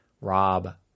Rob